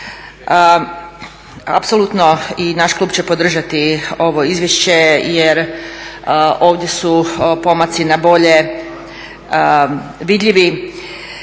Apsolutno i naš klub će podržati ovo izvješće jer ovdje su pomaci na bolje vidljivi.